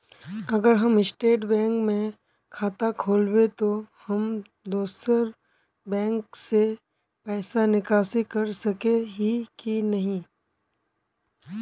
अगर हम state bank में खाता खोलबे तो हम दोसर बैंक से पैसा निकासी कर सके ही की नहीं?